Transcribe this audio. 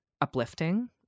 uplifting